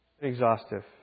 Exhaustive